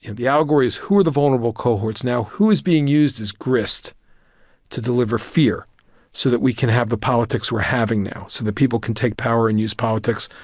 and the allegory is who are the vulnerable cohorts? now, who is being used as grist to deliver fear so that we can have the politics we're having now, so the people can take power and use politics?